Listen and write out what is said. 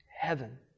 heaven